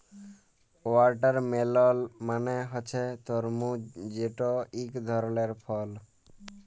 watermelon মালে হছে তরমুজ যেট ইক ধরলের ফল